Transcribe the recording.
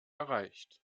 erreicht